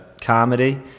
comedy